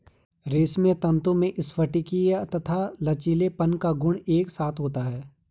रेशमी तंतु में स्फटिकीय तथा लचीलेपन का गुण एक साथ होता है